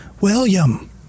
William